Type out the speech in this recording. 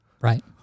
Right